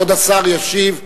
כבוד השר ישיב.